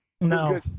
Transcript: No